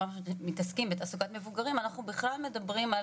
מכוח כך שאנחנו מתעסקים בהעסקת מבוגרים אנחנו בכלל מדברים על